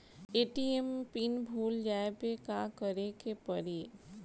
ATM PIN भूल जाए पे का करे के पड़ी?